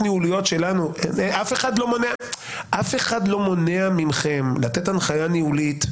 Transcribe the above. אף אחד לא מונע מכם לתת הנחיה ניהולית,